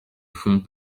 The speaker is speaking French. font